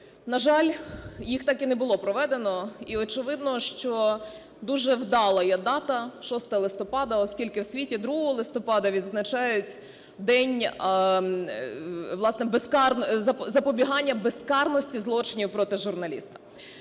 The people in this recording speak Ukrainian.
На жаль, їх так і не було проведено, і, очевидно, що дуже вдалою є дата 6 листопада, оскільки у світі 2 листопада відзначають день, власне, запобігання безкарності злочинів проти журналіста.